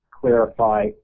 clarify